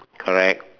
correct